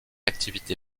activité